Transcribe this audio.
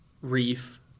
Reef